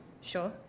Sure